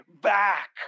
back